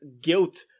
guilt